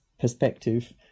perspective